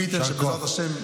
מי ייתן שבעזרת השם,